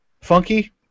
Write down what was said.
Funky